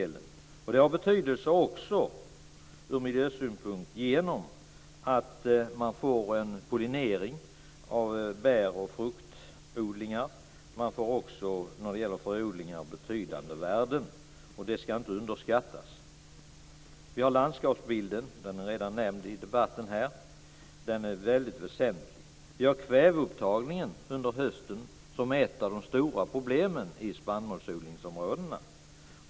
Det har betydelse också från miljösynpunkt, genom att man får en pollinering av bär och fruktodlingar. Man får också betydande värden när det gäller fröodlingar. Det skall inte underskattas. Vi har landskapsbilden - den är redan nämnd här i debatten. Den är väldigt väsentlig. Vi har kväveupptagningen under hösten, som är ett av de stora problemen i spannmålsodlingsområdena.